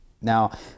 Now